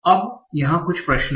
अब यहाँ कुछ प्रश्न हैं